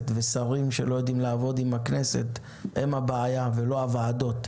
ושרים שלא יודעים לעבוד עם הכנסת הם הבעיה ולא הוועדות.